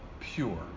pure